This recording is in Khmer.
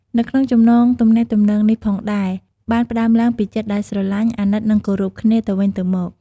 នៅក្នុងចំណងទំនាក់ទំនងនេះផងដែរ បានផ្តើមឡើងពីចិត្តដែលស្រលាញ់ អាណិត និងគោរពគ្នាទៅវិញទៅមក។